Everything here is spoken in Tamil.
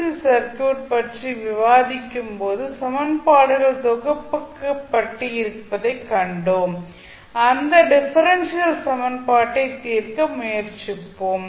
சி சர்க்யூட் பற்றி விவாதிக்கும் போது சமன்பாடுகள் தொகுக்கப்பட்டு இருப்பதைக் கண்டோம் அந்த டிஃபரென்ஷியல் சமன்பாட்டைத் தீர்க்க முயற்சிக்கிறோம்